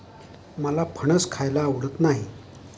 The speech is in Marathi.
मला फणस खायला आवडत नाही